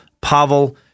Pavel